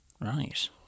Right